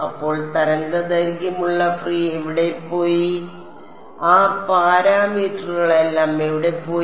അപ്പോൾ തരംഗദൈർഘ്യമുള്ള ഫ്രീ എവിടെപ്പോയി ആ പാരാമീറ്ററുകളെല്ലാം എവിടെപ്പോയി